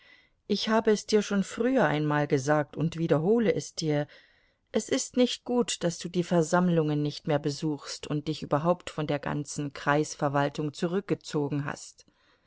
ich habe es dir schon früher einmal gesagt und wiederhole es dir es ist nicht gut daß du die versammlungen nicht mehr besuchst und dich überhaupt von der ganzen kreisverwaltung zurückgezogen hast